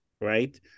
right